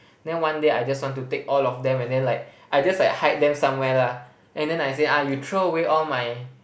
then one day I just want to take all of them and then like I just like hide them somewhere lah and then I say ah you throw away all my